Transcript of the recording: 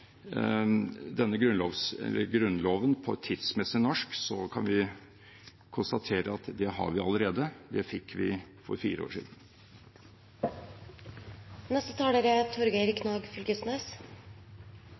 Grunnloven på tidsmessig norsk, kan vi konstatere at det har vi allerede – det fikk vi for fire år siden. Grunnlova av 1814 er